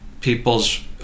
people's